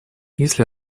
если